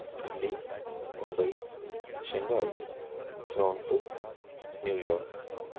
Delhi Mumbai Shanghai Toronto New York